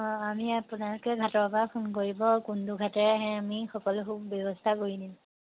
অঁ আমি আপোনালোকে ঘাটৰপৰা ফোন কৰিব কোনটো ঘাটেৰে আহে আমি সকলো ব্যৱস্থা কৰি দিম